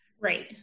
Right